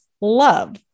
love